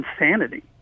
insanity